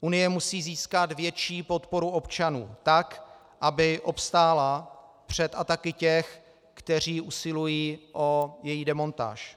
Unie musí získat větší podporu občanů, tak aby obstála před ataky těch, kteří usilují o její demontáž.